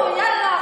יאללה,